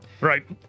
Right